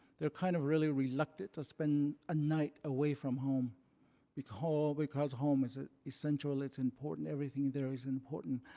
they're kind of really reluctant to spend a night away from home because home because home is ah essential. it's important. everything there is important.